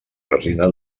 resina